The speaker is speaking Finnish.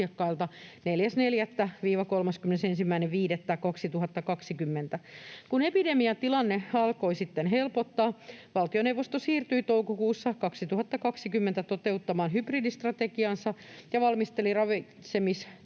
4.4.—31.5.2020. Kun epidemiatilanne alkoi sitten helpottaa, valtioneuvosto siirtyi toukokuussa 2020 toteuttamaan hybridistrategiaansa ja valmisteli ravitsemustoiminnan